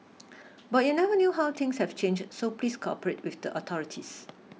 but you never knew how things have changed so please cooperate with the authorities